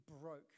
broke